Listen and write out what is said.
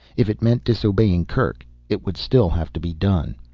if it meant disobeying kerk, it would still have to be done.